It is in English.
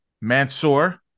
Mansoor